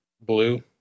Blue